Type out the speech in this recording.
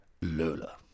Lola